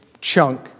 chunk